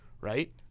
right